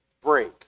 break